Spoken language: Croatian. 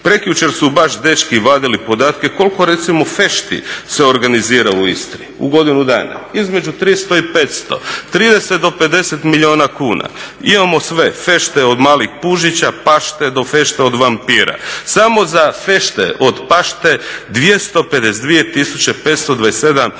Prekjučer su baš dečki vadili podatke kolik recimo fešti se organizira u Istri u godinu dana. Između 300 i 500, 30 do 50 milijuna kuna. Imamo sve, fešte od malih pužića, pašte, do fešte od vampira. Samo za fešte od pašte 252 tisuće